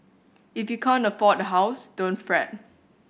if you can't afford a house don't fret